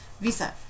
visa